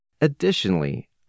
Additionally